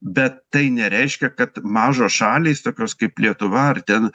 bet tai nereiškia kad mažos šalys tokios kaip lietuva ar ten